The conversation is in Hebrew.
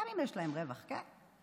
גם אם יש להם רווח, כן?